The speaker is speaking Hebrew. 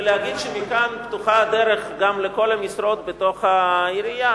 להגיד שמכאן פתוחה הדרך גם לכל המשרות בתוך העירייה,